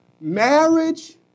Marriage